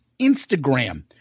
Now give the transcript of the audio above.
Instagram